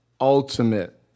ultimate